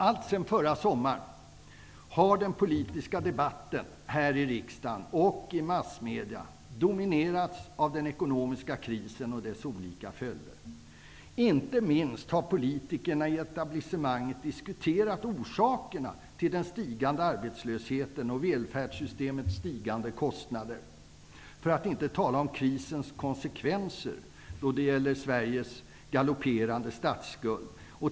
Alltsedan förra sommaren har den politiska debatten här i riksdagen och i massmedierna dominerats av den ekonomiska krisen och dess olika följder. Politikerna i etablissemanget har diskuterat orsakerna till den stigande arbetslösheten och välfärdssystemets stigande kostnader, för att inte tala om krisens konsekvenser då det gäller Sveriges galopperande statsskuld.